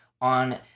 on